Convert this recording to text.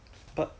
ya